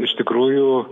iš tikrųjų